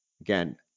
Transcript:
Again